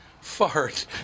Fart